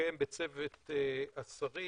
שהתקיים בצוות השרים,